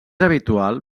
habitual